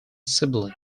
sibyl